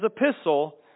epistle